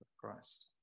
Christ